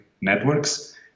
networks